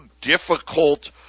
difficult